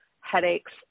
headaches